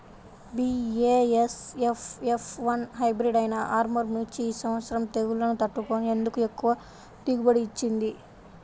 BASF F one hybrid అయినా ఆర్ముర్ మిర్చి ఈ సంవత్సరం తెగుళ్లును తట్టుకొని ఎందుకు ఎక్కువ దిగుబడి ఇచ్చింది?